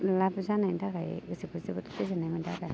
लाभ जानायनि थाखाय गोसोखौ जोबोद गोजोननाय मोन्दों आरो